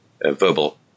verbal